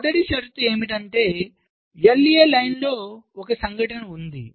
మొదటి షరతు ఏమిటంటే LA0 లైన్లో ఒక సంఘటన ఉంది